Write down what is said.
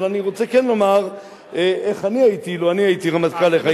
אבל אני רוצה כן לומר אילו אני הייתי רמטכ"ל איך הייתי נוהג.